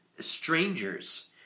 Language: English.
strangers